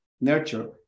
nurture